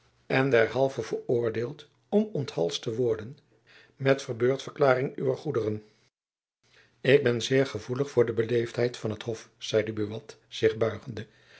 en derhalve veroordeeld om onthalsd te worden met verbeurdverklaring uwer goederen ik ben zeer gevoelig voor de beleefdheid van het hof zeide buat